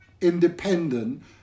independent